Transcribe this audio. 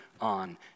on